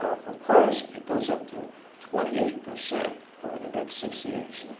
for prs it goes up to twenty eight percent over the next six years.